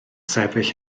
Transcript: sefyll